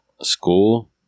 School